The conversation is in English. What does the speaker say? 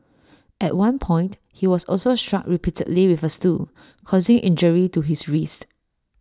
at one point he was also struck repeatedly with A stool causing injury to his wrist